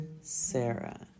Sarah